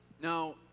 Now